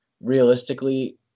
realistically